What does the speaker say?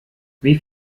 wie